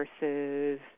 versus